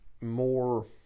more